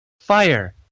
Fire